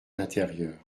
l’intérieur